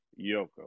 Yoko